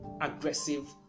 aggressive